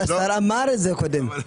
השר אמר את זה קודם.